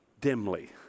dimly